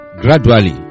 gradually